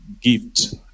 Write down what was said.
gift